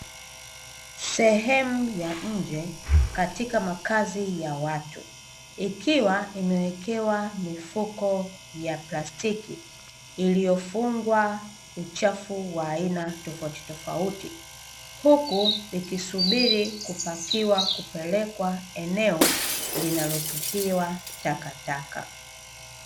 Sehemu ya nje katika makazi ya watu ikiwa imewekewa mifuko ya plastiki iliyofungwa uchafu wa aina tofauti tofauti huku ikisubiri kupakiwa kupelekwa eneo linalotupiwa takataka.